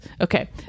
Okay